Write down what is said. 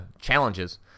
challenges